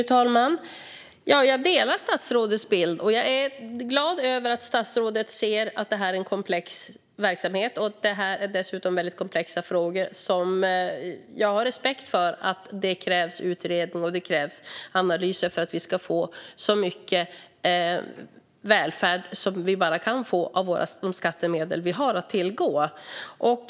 Fru talman! Jag delar statsrådets bild, och jag är glad över att statsrådet ser att detta är en komplex verksamhet och att detta dessutom är mycket komplexa frågor. Därför har jag respekt för att det krävs utredning och analyser för att vi ska få så mycket välfärd som vi kan få för de skattemedel som vi har att tillgå.